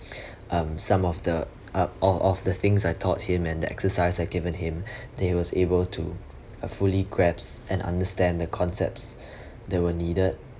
um some of the uh of of the things I taught him and the exercise I've given him that he was able to have uh fully grasps and understand the concepts that were needed